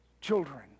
children